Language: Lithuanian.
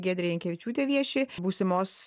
giedrė jankevičiūtė vieši būsimos